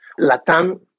LATAM